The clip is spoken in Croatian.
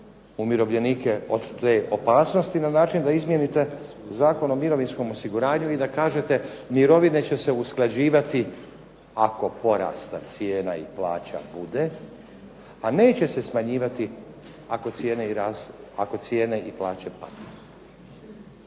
umirovljenike od te opasnosti na način da izmijenite Zakon o mirovinskom osiguranju i da kažete mirovine će se usklađivat ako porasta cijena i plaća bude, a neće se smanjivati ako cijene i plaće padaju.